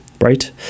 right